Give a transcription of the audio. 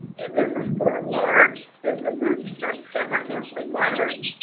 and this is for large businesses. these are semi-monthly filers.